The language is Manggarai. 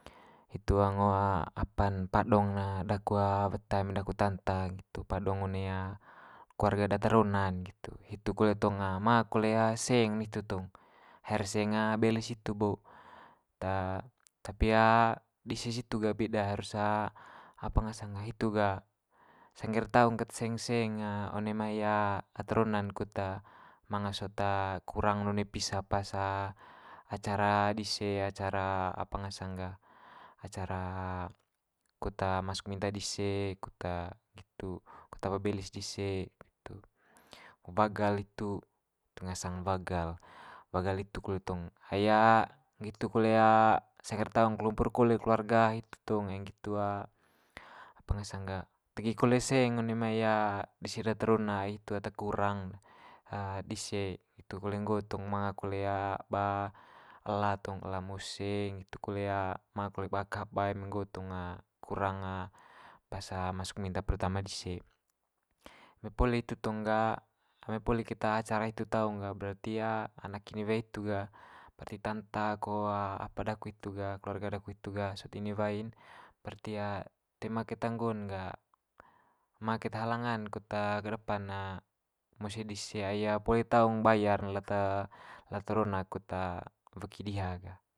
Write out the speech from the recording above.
Hitu ngo apa'n padong ne daku weta daku tanta nggitu padong one keluarga data rona'n nggitu hitu kole tong manga kole tong seng ne hitu tong. Haer seng belis hitu bo, ta- tapi dise situ ga beda harus apa ngasang ga hitu ga sangge'r taung ket seng seng one mai ata rona'n kut manga sot kurang one pisa pas acara dise acara apa ngasang ga acara kut masuk minta dise, kut nggitu, kut apa belis dise itu, wagal itu, itu ngasang wagal. Wagal hitu kole tong ai nggitu kole sangge'r taung kumpur kole keluarga hitu tong ai nggitu apa ngasang ga tegi kole seng one mai dise ata rona hitu ata kurang'd dise. Hitu kole nggo tong manga kole ba ela tong ela mose nggitu kole manga kole ba kaba eme nggo tong kurang pas masuk minta pertama dise. Eme poli itu tong ga eme poli keta acara itu taung ga berarti anak inewai itu ga berarti tanta ko apa daku itu ga keluarga daku itu ga sot inewai'n barti toe ma keta nggo'n ga ma keta halangan kut kedepan mose dise ai poli taung bayar lata rona kut weki diha ga.